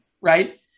right